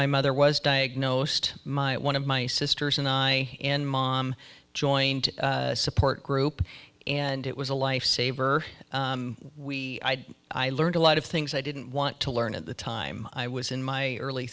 my mother was diagnosed my one of my sisters and i and mom joined a support group and it was a life saver i learned a lot of things i didn't want to learn at the time i was in my early